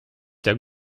der